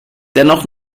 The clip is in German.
dennoch